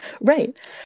Right